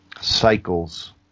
cycles